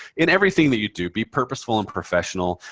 in everything that you do, be purposeful and professional.